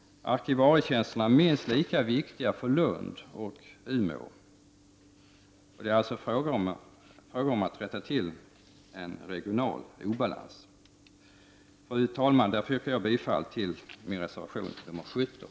Arkivarietjänsterna är minst lika viktiga för Lund och Umeå, och det är alltså fråga om att rätta till en regional obalans. Fru talman! Jag yrkar bifall till min reservation nummer 17.